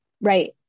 Right